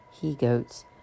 he-goats